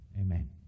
Amen